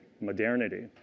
modernity